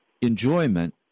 enjoyment